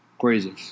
Crazy